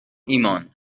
ایمان